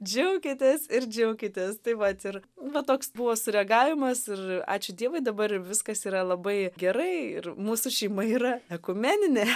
džiaukitės ir džiaukitės tai vat ir va toks buvo sureagavimas ir ačiū dievui dabar viskas yra labai gerai ir mūsų šeima yra ekumeninė